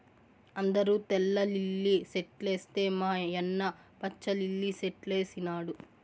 అందరూ తెల్ల లిల్లీ సెట్లేస్తే మా యన్న పచ్చ లిల్లి సెట్లేసినాడు